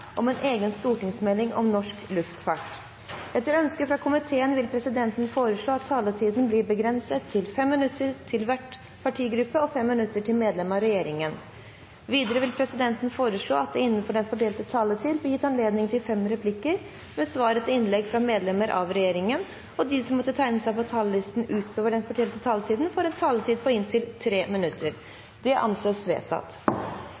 minutter til medlem av regjeringen. Videre vil presidenten foreslå at det blir gitt anledning til fem replikker med svar etter innlegg fra medlemmer av regjeringen innenfor den fordelte taletid, og at de som måtte tegne seg på talerlisten utover den fordelte taletid, får en taletid på inntil 3 minutter. – Det anses vedtatt.